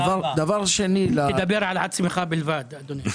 תדבר על עצמך בלבד, אדוני.